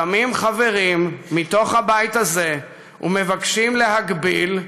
קמים חברים מתוך הבית הזה ומבקשים להגביל,